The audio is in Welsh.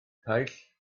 paill